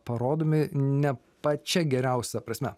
parodomi ne pačia geriausia prasme